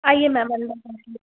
आइए मैम अंदर बैठिए